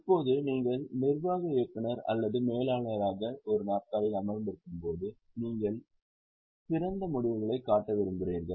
இப்போது நீங்கள் நிர்வாக இயக்குனர் அல்லது மேலாளராக நாற்காலியில் அமர்ந்திருக்கும்போது நீங்கள் சிறந்த முடிவுகளைக் காட்ட விரும்புகிறீர்கள்